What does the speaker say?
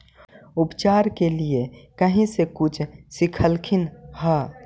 उपचार के लीये कहीं से कुछ सिखलखिन हा?